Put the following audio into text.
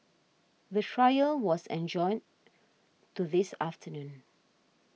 the trial was adjourned to this afternoon